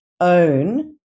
own